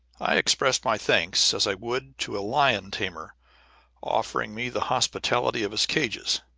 i expressed my thanks as i would to lion-tamer offering me the hospitality of his cages,